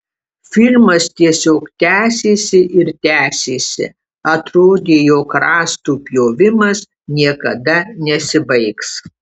filmas tiesiog tęsėsi ir tęsėsi atrodė jog rąstų pjovimas niekada nesibaigs